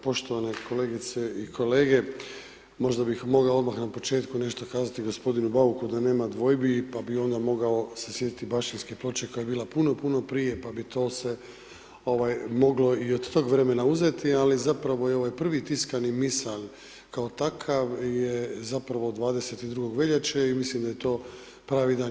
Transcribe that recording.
Evo poštovane kolegice i kolege, možda bih mogao odmah na početku nešto kazati g. Bauku da nema dvojbi pa bih onda mogao se sjetiti Baščanske ploče koja je bila puno, puno prije pa bi to se moglo i od tog vremena uzeti ali zapravo je ovaj prvi tiskani misal kao takav je zapravo od 22. veljače i mislim da je to pravedno.